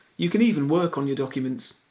you can even work on your documents.